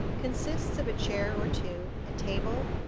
consists of a chair or two, a table,